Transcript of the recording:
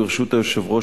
ברשות היושב-ראש,